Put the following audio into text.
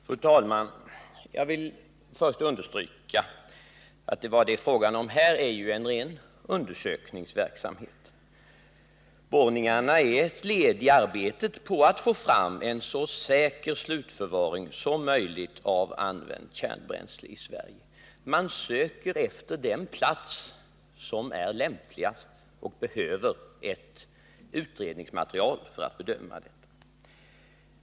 Fru talman! Jag vill först understryka att vad det är fråga om här är en ren undersökningsverksamhet. Borrningarna är ett led i arbetet på att få fram en så säker slutförvaring som möjligt av använt kärnbränsle i Sverige. Man söker efter den plats som är lämpligast och behöver ett utredningsmaterial för att bedöma det.